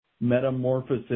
metamorphosis